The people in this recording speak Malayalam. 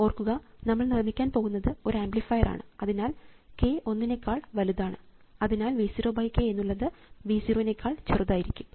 ഓർക്കുക നമ്മൾ നിർമ്മിക്കാൻ പോകുന്നത് ഒരു ആംപ്ലിഫയർ ആണ് അതിനാൽ k ഒന്നിനേക്കാൾ വലുതാണ് അതിനാൽ V 0 k എന്നുള്ളത് V 0 നേക്കാൾ ചെറുതായിരിക്കും